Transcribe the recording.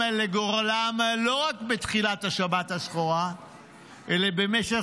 לגורלם לא רק בתחילת השבת השחורה אלא במשך